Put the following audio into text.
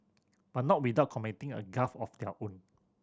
but not without committing a gaffe of their own